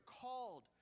called